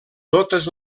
totes